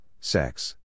sex